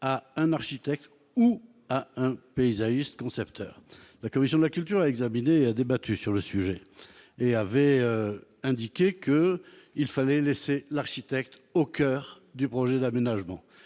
à un architecte ou à un paysagiste concepteur. La commission de la culture a débattu du sujet et a estimé qu'il fallait laisser l'architecte au coeur du projet d'aménagement.